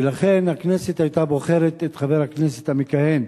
ולכן הכנסת היתה בוחרת את חבר הכנסת המכהן,